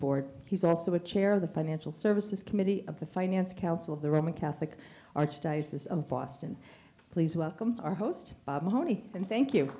board he's also a chair of the financial services committee of the finance council of the roman catholic archdiocese of boston please welcome our host moni and thank you